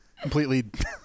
Completely